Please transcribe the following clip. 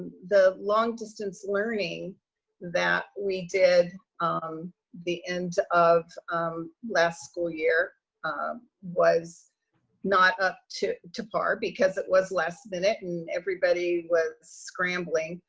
the long distance learning that we did um the end of um last school year was not up to to par because it was last minute and everybody was scrambling.